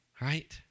Right